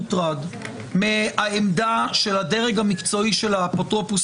מוטרד מאוד מהעמדה של הדרג המקצועי של האפוטרופוס